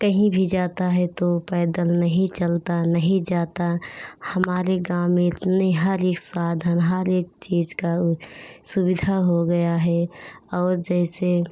कहीं भी जाते हैं तो वे पैदल नहीं चलते नहीं जाते हमारे गाँव में इतने हर एक साधन हर एक चीज़ का ऊ सुविधा हो गई है और जैसे